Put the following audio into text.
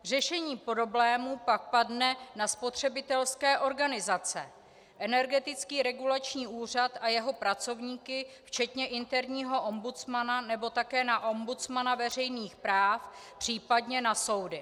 Řešení problémů pak padne na spotřebitelské organizace, Energetický regulační úřad a jeho pracovníky včetně interního ombudsmana nebo také na ombudsmana veřejných práv, případně na soudy.